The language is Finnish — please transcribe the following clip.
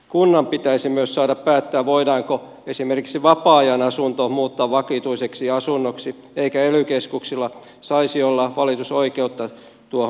kunnan pitäisi myös saada päättää voidaanko esimerkiksi vapaa ajan asunto muuttaa vakituiseksi asunnoksi eikä ely keskuksilla saisi olla valitusoikeutta tuohon päätökseen